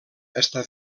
està